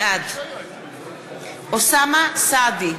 בעד אוסאמה סעדי,